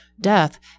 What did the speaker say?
death